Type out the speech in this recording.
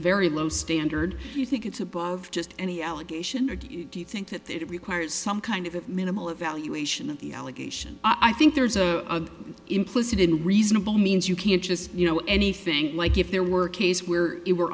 very low standard do you think it's above just any allegation or do you think that that requires some kind of minimal evaluation of the allegation i think there's a implicit in reasonable means you can't just you know anything like if there were a case where it were